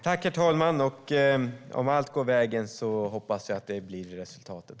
Herr talman! Jag hoppas att allt går vägen och att det blir resultatet.